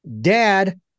Dad